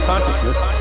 consciousness